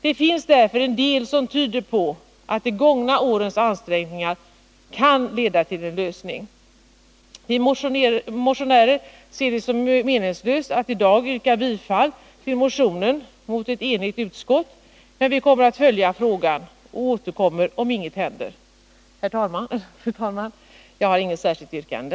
Det finns därför en del som tyder på att de gångna årens ansträngningar kan leda till en lösning. Vi motionärer ser det som meningslöst att i dag yrka bifall till motionen mot ett enigt utskott, men vi kommer att följa frågan och återkommer om inget händer. Fru talman! Jag har inget särskilt yrkande.